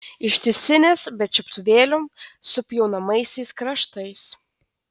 ištisinės be čiuptuvėlių su pjaunamaisiais kraštais